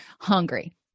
Hungry